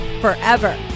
forever